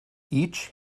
each